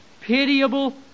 pitiable